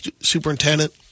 superintendent